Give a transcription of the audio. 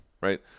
right